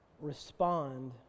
respond